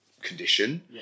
condition